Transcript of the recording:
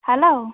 hello